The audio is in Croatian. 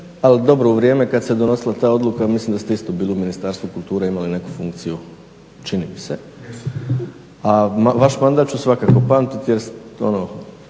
ali dobro u vrijeme kad se donosila ta odluka mislim da ste isto bili u Ministarstvu kulture, imali neku funkciju čini mi se. A vaš mandat ću svakako pamtiti jer